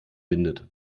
windet